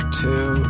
two